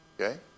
Okay